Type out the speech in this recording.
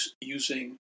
using